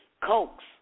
Cokes